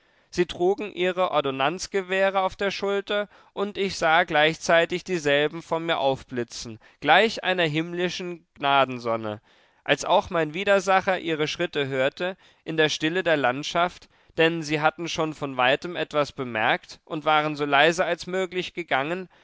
sie trugen ihre ordonnanzgewehre auf der schulter und ich sah gleichzeitig dieselben vor mir aufblitzen gleich einer himmlischen gnadensonne als auch mein widersacher ihre schritte hörte in der stille der landschaft denn sie hatten schon von weitem etwas bemerkt und waren so leise als möglich gegangen